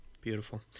Beautiful